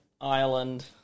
Ireland